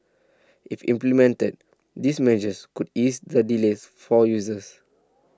if implemented these measures could ease the delays for users